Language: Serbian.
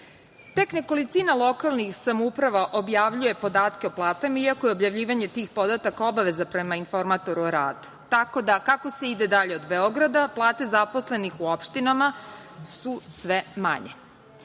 nekolicina lokalnih samouprava objavljuje podatke o platama, iako je objavljivanje tih podataka obaveza prema Informatoru o radu. Kako se ide dalje od Beograda, plate zaposlenih u opštinama su sve manje. Stav